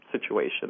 situation